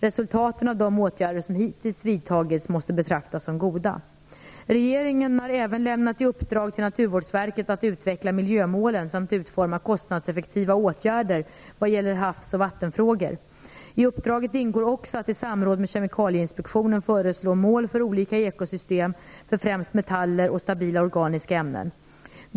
Resultaten av de åtgärder som hittills vidtagits måste betraktas som goda. Regeringen har även lämnat i uppdrag till Naturvårdsverket att utveckla miljömålen samt utforma kostnadseffektiva åtgärder vad gäller havs och vattenfrågor. I uppdraget ingår också att i samråd med Kemikalieinspektionen föreslå mål för olika ekosystem för främst metaller och stabila organiska ämnen.